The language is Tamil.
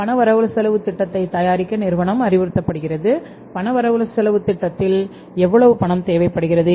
பண வரவுசெலவுத் திட்டத்தை தயாரிக்க நிறுவனம் அறிவுறுத்தப்படுகிறார்கள் பண வரவுசெலவுத் திட்டத்தில் எவ்வளவு பணம் தேவைப்படுகிறது